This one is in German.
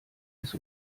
ist